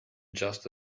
just